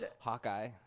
Hawkeye